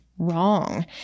Wrong